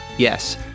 Yes